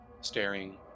staring